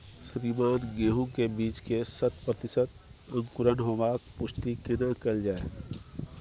श्रीमान गेहूं के बीज के शत प्रतिसत अंकुरण होबाक पुष्टि केना कैल जाय?